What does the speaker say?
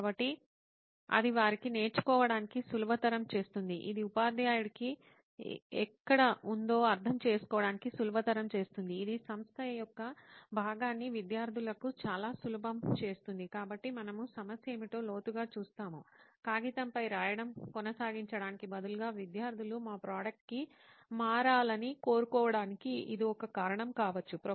కాబట్టి అది వారికి నేర్చుకోవడానికి సులభతరం చేస్తుంది ఇది ఉపాధ్యాయుడికి ఎక్కడ ఉందో అర్థం చేసుకోవడానికి సులభతరం చేస్తుంది ఇది సంస్థ యొక్క భాగాన్ని విద్యార్థులకు చాలా సులభం చేస్తుంది కాబట్టి మనము సమస్య ఏమిటో లోతుగా చూస్తాము కాగితంపై రాయడం కొనసాగించడానికి బదులుగా విద్యార్థులు మా ప్రోడక్ట్ కి మారాలని కోరుకోవడానికి ఇది ఒక కారణం కావచ్చు